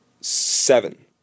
Seven